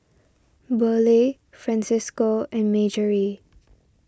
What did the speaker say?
Burleigh Francisco and Marjorie